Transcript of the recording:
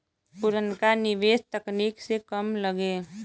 पुरनका निवेस तकनीक से कम लगे